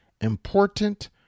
important